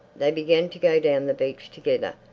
they began to go down the beach together.